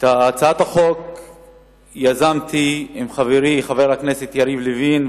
את הצעת החוק יזמתי עם חברי חבר הכנסת יריב לוין,